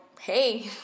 hey